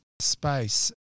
space